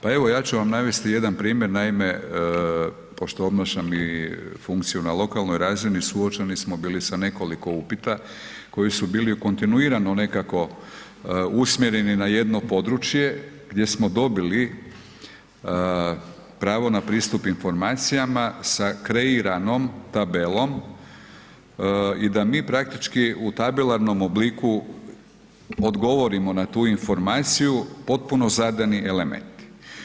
Pa evo ja ću vam navesti jedan primjer, naime, pošto obnašam i funkciju na lokalnoj razini, suočeni smo bili i sa nekoliko upita koji su bili kontinuirano nekako usmjereni na jedno područje gdje smo dobili pravo na pristup informacijama sa kreiranom tabelom i da mi praktički u tabelarnom obliku odgovorimo na tu informaciju potpuno zadani elementi.